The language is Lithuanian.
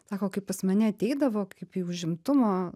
sako kai pas mane ateidavo kaip į užimtumo